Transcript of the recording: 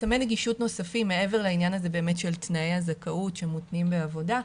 חסמי נגישות נוספים מעבר לעניין הזה של תנאי הזכאות שמותנים בעבודה,